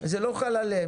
זה לא חל עליהן.